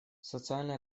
социально